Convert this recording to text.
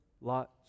Lot's